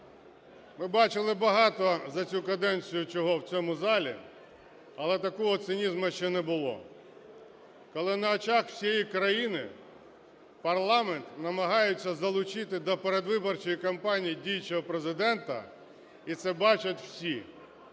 Ми бачили багато за цю каденцію чого в цьому залі. Але такого цинізму ще не було, коли на очах всієї країни парламент намагається залучити до передвиборчої кампанії діючого Президента, і це бачать всі.